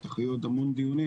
בטח היו עוד המון דיונים,